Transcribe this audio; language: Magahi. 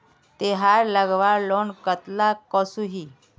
तेहार लगवार लोन कतला कसोही?